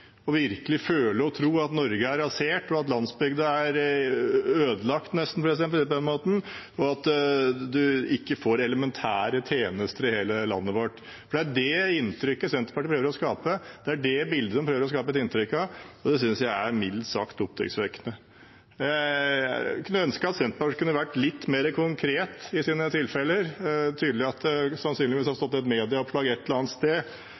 dramatisk virkelig å føle og tro at Norge er rasert, at landsbygda nesten er ødelagt, for å si det på den måten, og at man ikke får elementære tjenester i hele landet vårt. Det er det inntrykket Senterpartiet prøver å skape, det er det bildet de prøver å skape, og det synes jeg er mildt sagt oppsiktsvekkende. Jeg kunne ønske at Senterpartiet hadde vært litt mer konkret om sine tilfeller. Det er tydelig at det sannsynligvis har vært et medieoppslag et eller annet sted